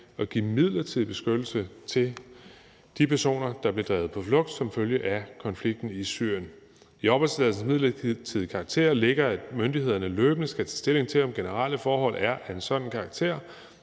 at give midlertidig beskyttelse til de personer, der blev drevet på flugt som følge af konflikten i Syrien. I opholdstilladelsens midlertidige karakter ligger, at myndigheder løbende skal tage stilling til, om generelle forhold er af en sådan karakter,